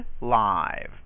live